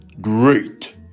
Great